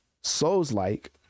souls-like